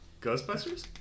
Ghostbusters